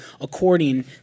according